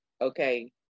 Okay